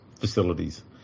facilities